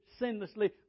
sinlessly